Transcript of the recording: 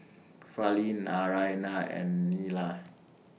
Fali Naraina and Neila